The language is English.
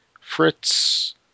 Fritz